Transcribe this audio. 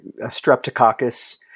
Streptococcus